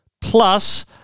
plus